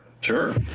sure